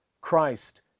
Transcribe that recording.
Christ